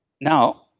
Now